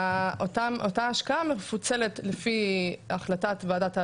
אותה השקעה מפוצלת לפי החלטת ועדת ההשקעות,